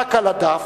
"רק על הדף",